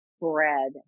Bread